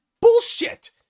bullshit